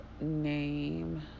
name